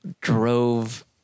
drove